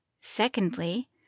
Secondly